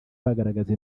bagaragaza